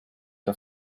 der